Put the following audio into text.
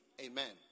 Amen